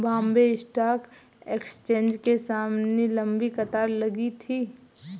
Bombay stock exchange के सामने लंबी कतार लगी थी